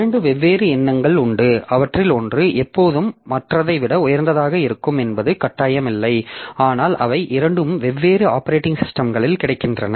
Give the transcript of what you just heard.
இரண்டு வெவ்வேறு எண்ணங்கள் உண்டு அவற்றில் ஒன்று எப்போதும் மற்றதை விட உயர்ந்ததாக இருக்கும் என்பது கட்டாயமில்லை ஆனால் அவை இரண்டும் வெவ்வேறு ஆப்பரேட்டிங் சிஸ்டம்களில் கிடைக்கின்றன